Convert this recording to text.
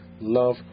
love